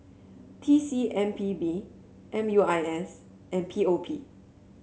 T C M P B M U I S and P O P